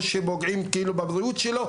או שפוגעים בבריאות שלו,